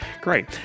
great